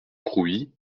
crouy